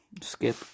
Skip